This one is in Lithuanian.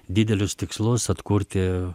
didelius tikslus atkurti